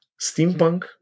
steampunk